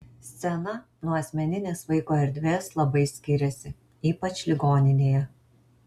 scena nuo asmeninės vaiko erdvės labai skiriasi ypač ligoninėje